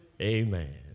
amen